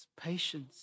patience